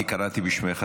אני קראתי בשמך,